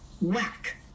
whack